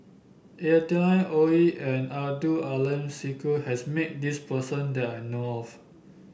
Adeline Ooi and Abdul Aleem Siddique has met this person that I know of